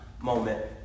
moment